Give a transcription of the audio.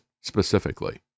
specifically